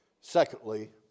Secondly